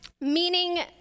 Meaning